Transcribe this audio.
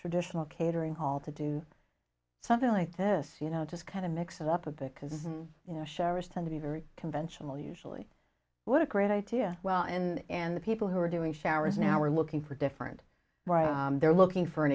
traditional catering hall to do something like this you know just kind of mix it up a bit because you know showers tend to be very conventional usually what a great idea well and the people who are doing showers now are looking for different they're looking for an